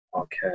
Okay